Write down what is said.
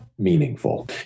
meaningful